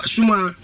Suma